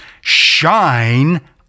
shine